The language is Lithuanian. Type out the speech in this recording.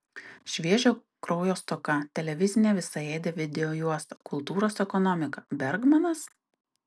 šviežio kraujo stoka televizinė visaėdė videojuosta kultūros ekonomika bergmanas